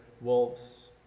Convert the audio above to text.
wolves